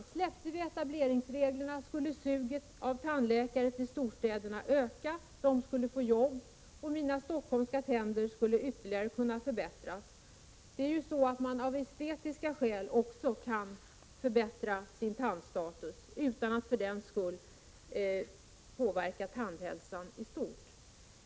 Om vi släppte etableringskontrollen skulle suget av tandläkare till storstäderna öka. De skulle få jobb och mina ”stockholmska” tänder skulle ytterligare kunna förbättras. Man kan ju också förbättra sin tandstatus av estetiska skäl, utan att för den skull påverka tandhälsan i stort.